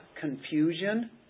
confusion